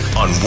on